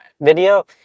video